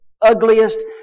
ugliest